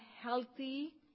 healthy